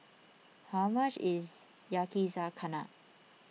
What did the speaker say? how much is Yakizakana